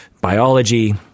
biology